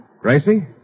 Gracie